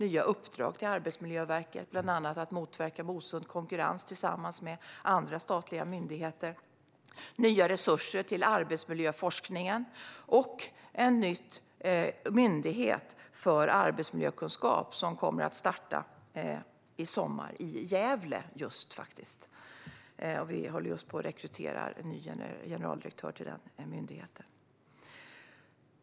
Vi har även gett Arbetsmiljöverket nya uppdrag, bland annat att tillsammans med andra statliga myndigheter motverka osund konkurrens. Vi har gett nya resurser till arbetsmiljöforskningen. Därtill kommer en ny myndighet för arbetsmiljökunskap att påbörja sitt arbete i Gävle i sommar. Vi håller just nu på att rekrytera en generaldirektör till denna nya myndighet.